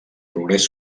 progrés